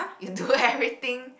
you do everything